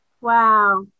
Wow